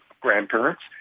grandparents